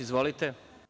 Izvolite.